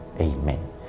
Amen